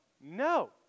No